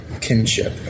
kinship